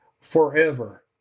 forever